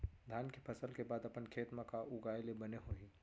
धान के फसल के बाद अपन खेत मा का उगाए ले बने होही?